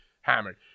hammered